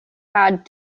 had